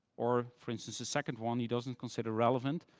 or for instance, the second one, he doesn't consider relevant.